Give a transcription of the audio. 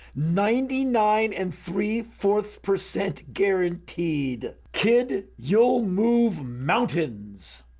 ninety nine and three four percent guaranteed. kid, you'll move mountains!